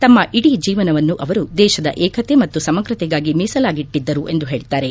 ತಮ್ಮ ಇಡೀ ಜೀವನವನ್ನು ಅವರು ದೇಶದ ಏಕತೆ ಮತ್ತು ಸಮಗ್ರತೆಗಾಗಿ ಮೀಸಲಾಗಿಟ್ಟದ್ಗರು ಎಂದು ಹೇಳಿದ್ಗಾರೆ